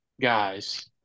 guys